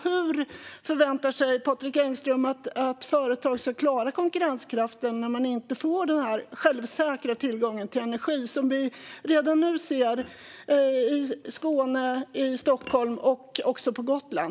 Hur förväntar sig Patrik Engström att företag ska klara konkurrenskraften när de inte får den säkra tillgången till energi som vi redan nu ser att de inte får i Skåne, i Stockholm och på Gotland?